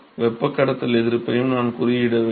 வெப்பக் கடத்தல் எதிர்ப்பையும் நான் குறிப்பிட வேண்டும்